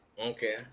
Okay